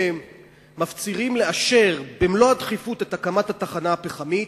כשמפצירים לאשר במלוא הדחיפות את הקמת התחנה הפחמית,